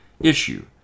issue